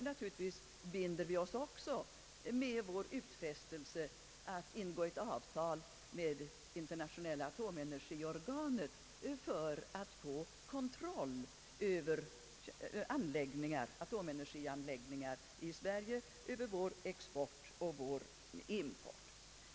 Naturligtvis binder vi oss också genom vår utfästelse att ingå ett avtal med internationella atomenergiorganet om kontroll över atomenergianläggningar i Sverige liksom över vår export och vår import.